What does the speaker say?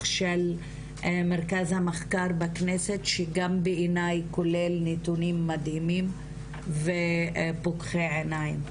של מרכז המחקר בכנסת שגם בעיני כולל נתונים מדהימים ופוקחי עיניים,